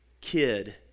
kid